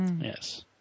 Yes